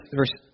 verse